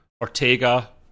Ortega